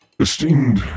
esteemed